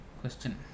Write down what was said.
Question